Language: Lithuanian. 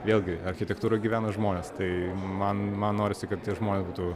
vėlgi architektūra gyvena žmonės tai man man norisi kad tie žmonės būtų